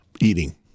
eating